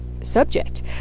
subject